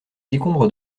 décombres